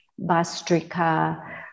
Bastrika